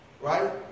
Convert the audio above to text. right